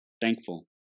thankful